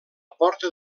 porta